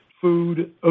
food